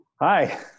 Hi